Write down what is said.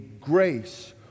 grace